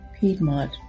Piedmont